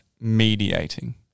Mediating